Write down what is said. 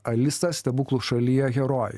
alisa stebuklų šalyje herojai